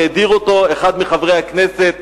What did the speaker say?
ההדיר אותו אחד מחברי הכנסת,